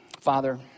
Father